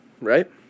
right